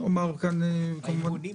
לא.